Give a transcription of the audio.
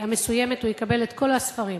המסוימת, יקבל את כל הספרים.